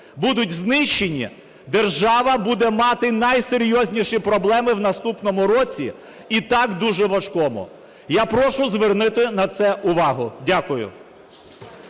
будуть знищені, держава буде мати найсерйозніші проблеми в наступному році і так дуже важкому. Я прошу звернути на це увагу. Дякую.